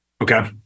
Okay